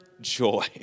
joy